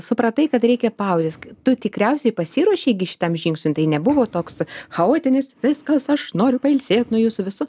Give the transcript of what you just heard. supratai kad reikia pauzės tu tikriausiai pasiruošei gi šitam žingsniui tai nebuvo toks chaotinis viskas aš noriu pailsėt nuo jūsų visų